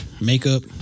makeup